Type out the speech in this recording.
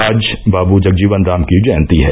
आज बाबू जगजीवन राम की जयंती है